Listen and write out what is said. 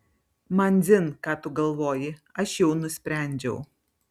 man dzin ką tu galvoji aš jau nusprendžiau